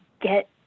get